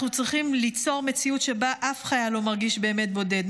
אנחנו צריכים ליצור מציאות שבה אף חייל לא מרגיש באמת בודד.